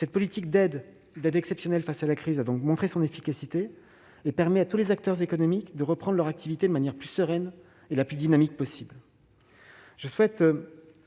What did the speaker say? Notre politique d'aide exceptionnelle face à la crise a donc montré son efficacité. Elle a permis à tous les acteurs économiques de reprendre leur activité de la manière la plus sereine et la plus dynamique possible. Je